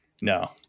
No